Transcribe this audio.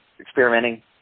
experimenting